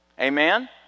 amen